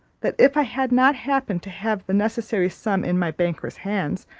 that if i had not happened to have the necessary sum in my banker's hands,